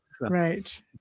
Right